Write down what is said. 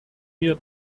mir